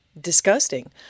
disgusting